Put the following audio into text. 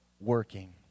working